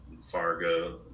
fargo